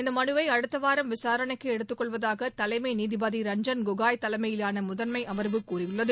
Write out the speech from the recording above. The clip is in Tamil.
இந்த மனுவை அடுத்த வாரம் விசாரணைக்கு எடுத்துக் கொள்வதாக தலைமை நீதிபதி ரஞ்சன் கோகோய் தலைமையிலான முதன்மை அமர்வு கூறியுள்ளது